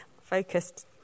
Focused